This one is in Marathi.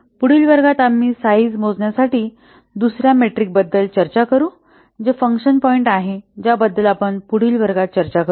पुढील वर्गात आम्ही साईझ मोजण्यासाठी दुसर्या मेट्रिकबद्दल चर्चा करू जे फंक्शन पॉईंट आहे ज्याबद्दल आपण पुढील वर्गात चर्चा करू